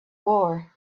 war